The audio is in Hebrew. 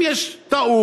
אם יש טעות,